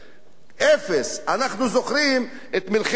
אנחנו זוכרים את מלחמת לבנון האחרונה.